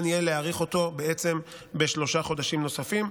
יהיה להאריך אותו בעצם בשלושה חודשים נוספים,